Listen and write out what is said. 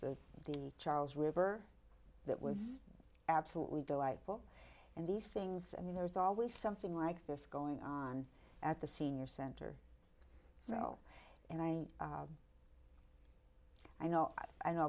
to the charles river that was absolutely delightful and these things i mean there is always something like this going on at the senior center well and i i know i know